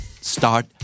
start